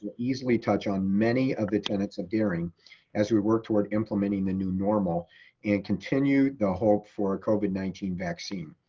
easily touch on many of the tenants of daring as we work toward implementing the new normal and continue the hope for covid nineteen vaccine.